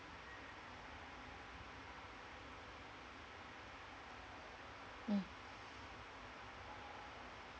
mm